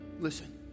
Listen